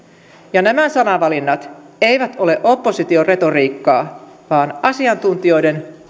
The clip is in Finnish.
ja nämä sanavalinnat eivät ole opposition retoriikkaa vaan asiantuntijoiden